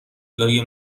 لای